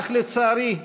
אך, לצערי,